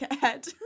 head